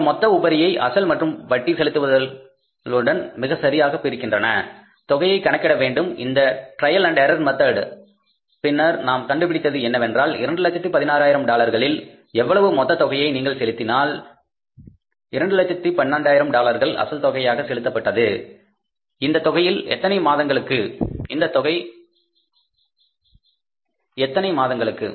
இந்த மொத்த உபரியை அசல் மற்றும் வட்டி செலுத்துதலுடன் மிகச் சரியாகப் பிரிக்கின்றன தொகையை கணக்கிட வேண்டும் இந்த ட்ரையல் அண்ட் எரர் மெத்தடின் பின்னர் நாம் கண்டுபிடித்தது என்னவென்றால் 216000 டாலர்களில் எவ்வளவு மொத்த தொகையை நீங்கள் செலுத்தினால் 212000 டாலர்கள் அசல் தொகையாக செலுத்தப்பட்டது இந்த தொகை எத்தனை மாதங்களுக்கு